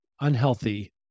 unhealthy